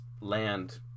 land